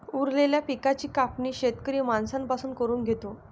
उरलेल्या पिकाची कापणी शेतकरी माणसां पासून करून घेतो